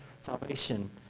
Salvation